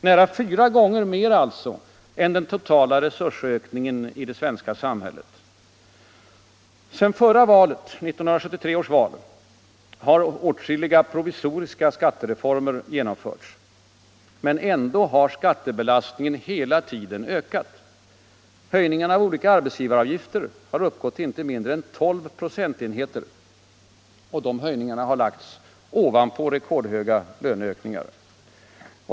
Nära fyra gånger mer än den totala resursökningen i det svenska samhället. Sedan 1973 års val har olika provisoriska skattereformer genomförts, men ändå har skattebelastningen hela tiden ökat. Höjningarna av olika arbetsgivaravgifter har uppgått till inte mindre än 12 procentenheter, och de höjningarna har lagts ovanpå rekordhöga löneökningar.